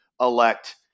elect